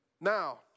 Now